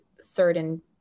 certain